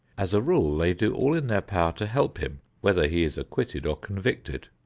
as a rule, they do all in their power to help him whether he is acquitted or convicted.